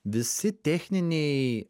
visi techniniai